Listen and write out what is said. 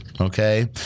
Okay